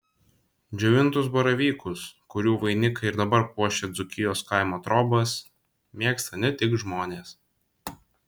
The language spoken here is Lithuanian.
džiovintus baravykus kurių vainikai ir dabar puošia dzūkijos kaimo trobas mėgsta ne tik žmonės